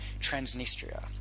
Transnistria